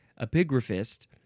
epigraphist